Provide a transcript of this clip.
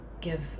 give